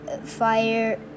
Fire